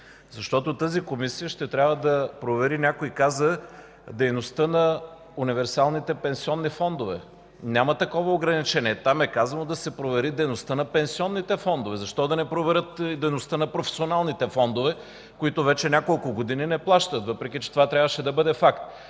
тема. Тази Комисия ще трябва да провери, някой каза: „дейността на универсалните пенсионни фондове”. Няма такова ограничение. Там е казано да се провери дейността на пенсионните фондове. Защо да не проверят и дейността на професионалните фондове, които вече няколко години не плащат, въпреки че това трябваше да бъде факт?